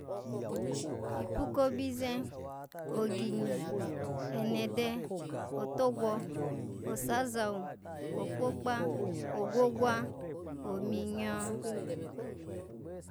Ipu kobize, oginyi, onede, otogwo, osazawu, okpokpa, ogwogwa, ominyo.